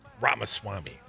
Ramaswamy